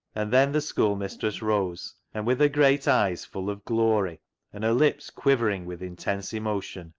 and then the school mistress rose, and with her great eyes full of glory and her lips quivering with intense emotion,